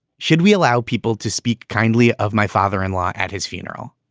should we allow people to speak kindly of my father in law at his funeral?